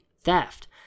theft